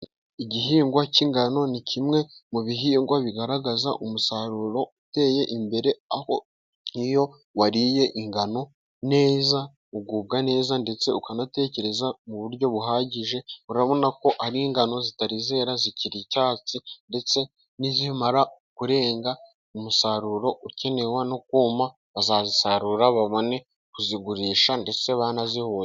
Igihingwa cy'ingano, ni kimwe mu bihingwa bigaragaza, umusaruro, uteye imbere, aho iyo wariye ingano, neza ugubwa neza, ndetse ukanatekereza mu buryo buhagije, urabona ko, ari ingano zitari zera zikiri icyatsi ndetse nizimara kurenga umusaruro, ukenewe no kuma bazazisarura, babone kuzigurisha, ndetse banazihuye.